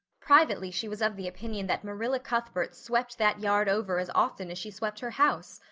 privately she was of the opinion that marilla cuthbert swept that yard over as often as she swept her house.